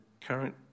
current